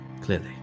Clearly